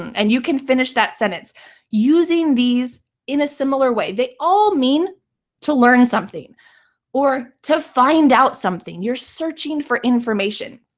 and you can finish that sentence using these in a similar way. they all mean to learn something or to find out something. you're searching for information.